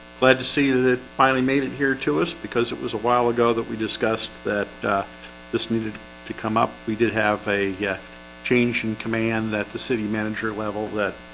glad to see that it it finally made it here to us because it was a while ago that we discussed that this needed to come up we did have a yeah change in command that the city manager level that